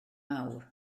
awr